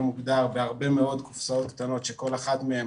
מוגדר בהרבה מאוד קופסאות קטנות שכל אחת מהן